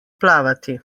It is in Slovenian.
plavati